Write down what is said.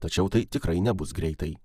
tačiau tai tikrai nebus greitai